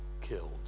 killed